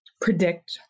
predict